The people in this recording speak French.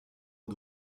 aux